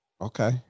Okay